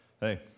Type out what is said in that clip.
hey